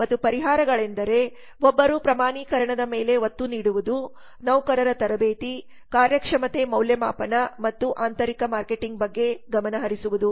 ಮತ್ತು ಪರಿಹಾರಗಳೆಂದರೆ ಒಬ್ಬರು ಪ್ರಮಾಣೀಕರಣದ ಮೇಲೆ ಒತ್ತು ನೀಡುವುದು ನೌಕರರ ತರಬೇತಿ ಕಾರ್ಯಕ್ಷಮತೆ ಮೌಲ್ಯಮಾಪನ ಮತ್ತು ಆಂತರಿಕ ಮಾರ್ಕೆಟಿಂಗ್ ಬಗ್ಗೆ ಗಮನಹರಿಸುವುದು